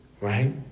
right